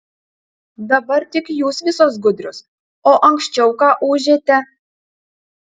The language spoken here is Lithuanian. dabar tik jūs visos gudrios o anksčiau ką ūžėte